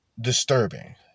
disturbing